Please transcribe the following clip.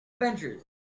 Avengers